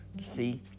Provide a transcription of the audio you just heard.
see